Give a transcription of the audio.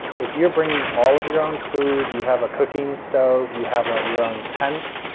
if you're bringing all of your own food, you have a cooking stove, you have a your own tent,